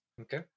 Okay